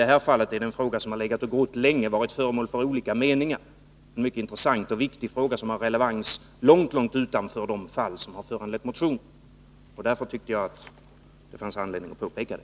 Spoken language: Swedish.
Men nu gäller det en fråga som legat och grott länge och som varit föremål för olika meningar, en mycket intressant och viktig fråga som har relevans långt, långt utanför de fall som har föranlett motionen. Därför tyckte jag att det fanns anledning att påpeka det.